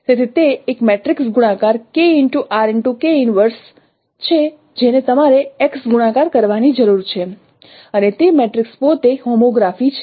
તેથી તે એક મેટ્રિક્સ ગુણાકાર છે જેને તમારે x ગુણાકાર કરવાની જરૂર છે અને તે મેટ્રિક્સ પોતે હોમોગ્રાફી છે